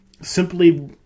simply